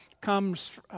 comes